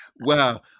Wow